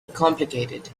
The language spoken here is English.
complicated